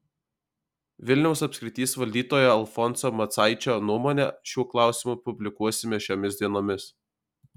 vilniaus apskrities valdytojo alfonso macaičio nuomonę šiuo klausimu publikuosime šiomis dienomis